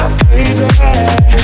baby